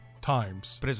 times